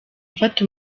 mfata